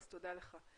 אז תודה לך.